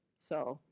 so,